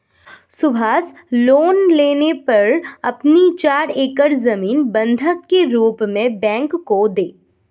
Subhash loan लेने पर अपनी चार एकड़ जमीन बंधक के रूप में बैंक को दें